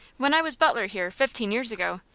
when i was butler here, fifteen years ago,